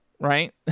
right